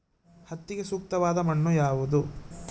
ಹತ್ತಿಗೆ ಸೂಕ್ತವಾದ ಮಣ್ಣು ಯಾವುದು?